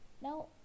Now